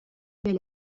bel